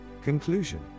Conclusion